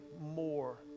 more